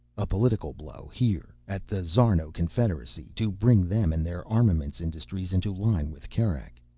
a political blow here, at the szarno confederacy, to bring them and their armaments industries into line with kerak.